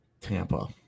Tampa